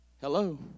Hello